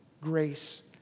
grace